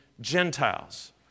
Gentiles